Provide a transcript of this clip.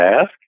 ask